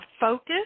focus